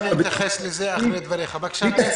אם תקציב למצלמות,